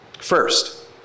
First